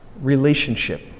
Relationship